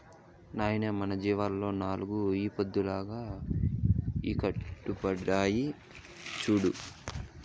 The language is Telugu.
నాయనా మన జీవాల్ల నాలుగు ఈ పొద్దుగాల ఈకట్పుండాయి చూడు